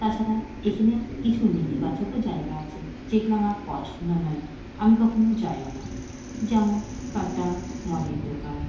তাছাড়া এখানে কিছু নেতিবাচকও জায়গা আছে যেগুলো আমার পছন্দ নয় আমি কখনও যাইও না যেমন কয়েকটা মদের দোকান